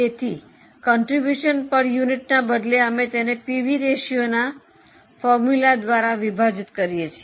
તેથી ફાળો પ્રતિ એકમને બદલે અમે તેને પીવી રેશિયોના સૂત્ર દ્વારા વિભાજીત કરીએ છીએ